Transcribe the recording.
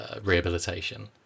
rehabilitation